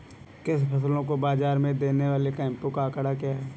कृषि फसलों को बाज़ार में देने वाले कैंपों का आंकड़ा क्या है?